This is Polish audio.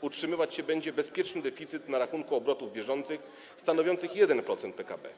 utrzymywać się będzie bezpieczny deficyt na rachunku obrotów bieżących, stanowiący 1% PKB.